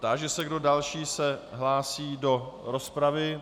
Táži se, kdo další se hlásí do rozpravy.